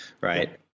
right